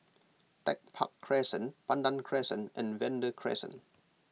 Tech Park Crescent Pandan Crescent and Vanda Crescent